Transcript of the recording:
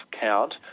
count